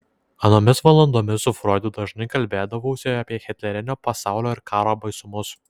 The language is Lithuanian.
anomis valandomis su froidu dažnai kalbėdavausi apie hitlerinio pasaulio ir karo baisumus